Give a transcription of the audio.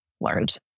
learned